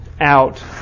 out